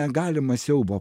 negalima siaubo